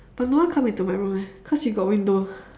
but no one come into my room leh cause you got window